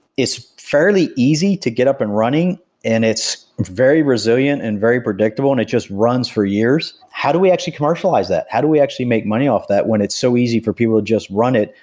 it's fairly easy to get up and running and it's very resilient and very predictable and it just runs for years. how do we actually commercialize that? how do we actually make money off that when it's so easy for people to just run it?